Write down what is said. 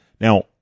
Now